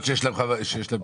הפוך.